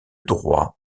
droit